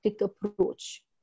approach